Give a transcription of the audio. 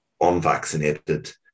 unvaccinated